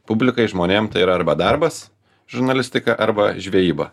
publikai žmonėm tai yra arba darbas žurnalistika arba žvejyba